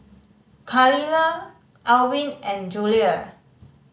Khalilah Alwin and Julia